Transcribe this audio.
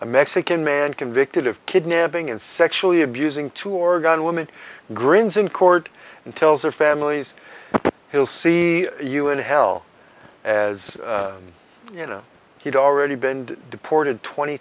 a mexican man convicted of kidnapping and sexually abusing two oregon women grins in court and tells their families he'll see you in hell as you know he'd already been deported twenty